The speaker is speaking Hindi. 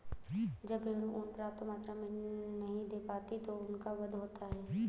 जब भेड़ ऊँन पर्याप्त मात्रा में नहीं दे पाती तो उनका वध होता है